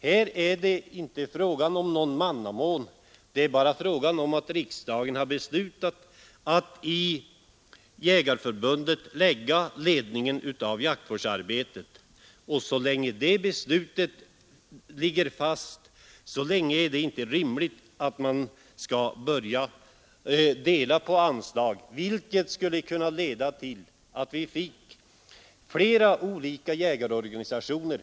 Här är det inte fråga om någon mannamån, utan riksdagen har beslutat att i Svenska jägareförbundet lägga ledningen av jaktvårdsarbetet, och så länge det beslutet ligger fast, så länge är det inte rimligt att man skall börja dela på anslagen, vilket skulle kunna leda till att vi fick flera olika jägarorganisationer.